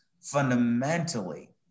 fundamentally